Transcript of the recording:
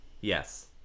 Yes